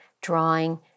drawing